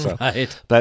Right